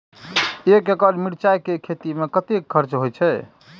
एक एकड़ मिरचाय के खेती में कतेक खर्च होय छै?